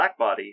Blackbody